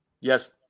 Yes